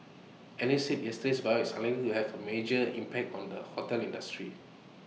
analysts said yesterday's buyout is unlikely to have A major impact on the hotel industry